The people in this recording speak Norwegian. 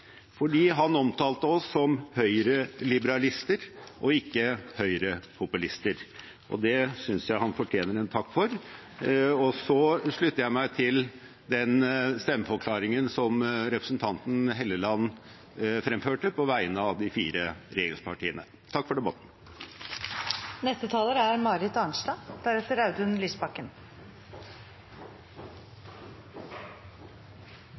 fordi han omtalte oss som høyreliberalister og ikke høyrepopulister. Det synes jeg han fortjener en takk for. Så slutter jeg meg til den stemmeforklaringen som representanten Helleland fremførte på vegne av det fire regjeringspartiene. Takk for debatten!